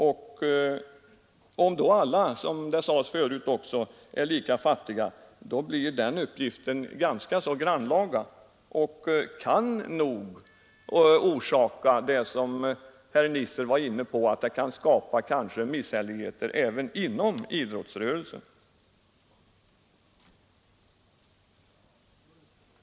Om då alla föreningarna är lika fattiga, blir den uppgiften ganska grannlaga och kan nog, såsom också herr Nisser var inne på, skapa misshälligheter inom idrottsrörelsen.